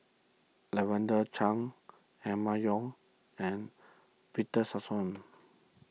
Lavender Chang Emma Yong and Victor Sassoon